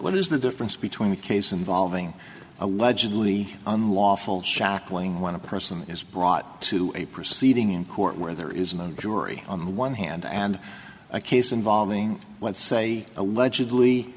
what is the difference between a case involving allegedly unlawful shackling when a person is brought to a proceeding in court where there is no jury on one hand and a case involving one say allegedly